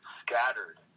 scattered